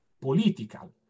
political